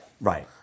Right